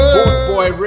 BootBoy